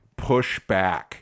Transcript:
pushback